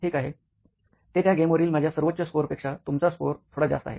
ठीक आहे ते त्या गेमवरील माझ्या सर्वोच्च स्कोअर पेक्षा तुमचा स्कोर थोडा जास्त आहे